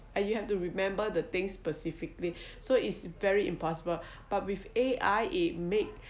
and you have to remember the things specifically so it's very impossible but with A_I it makes